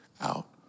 out